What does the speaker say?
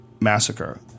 Massacre